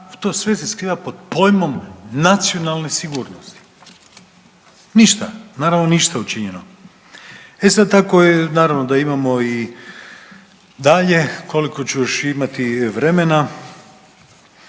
to sve se skriva pod pojmom nacionalne sigurnosti. Ništa, naravno ništa učinjeno. E sad naravno da imamo i dalje, koliko ću još imati vremena.